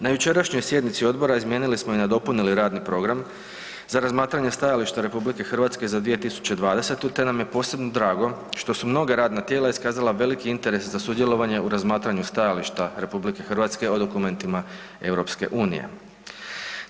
Na jučerašnjoj sjednici odbora izmijenili smo i nadopunili radni program za razmatranje stajališta RH za 2020. te nam je posebno drago što su mnoga radna tijela iskazala veliki interes za sudjelovanje u razmatranju stajališta RH o dokumentima EU-a.